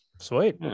Sweet